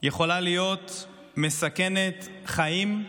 יכולה להיות מסכנת חיים,